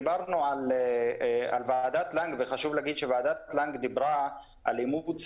דיברנו על ועדת לנג וחשוב להגיד שוועדת לנג דיברה על אימוץ